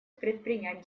предпринять